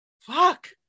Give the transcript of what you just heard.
fuck